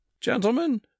Gentlemen